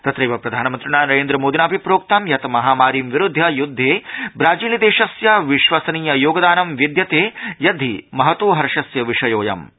तंत्रैव प्रधानमन्त्रिणा नरेन्द्रमोदिनापि प्रोक्तं यत् महामारीं विरुध्य य्द्धे ब्राजीलदेशस्य विश्वसनीययोगदानं विद्यते यद्धि महतो हर्षस्य विषयो वर्तते इति